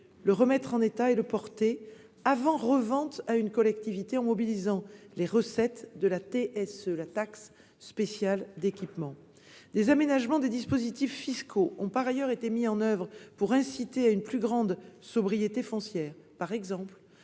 le remettre en état et le porter avant revente à une collectivité, en mobilisant les recettes de la taxe spéciale d'équipement (TSE). Des aménagements des dispositifs fiscaux ont par ailleurs été mis en oeuvre pour inciter à une plus grande sobriété foncière : abattement